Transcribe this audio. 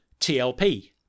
TLP